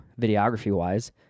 videography-wise